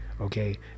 Okay